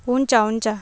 हुन्छ हुन्छ